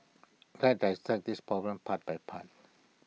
let's dissect this problem part by part